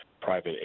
private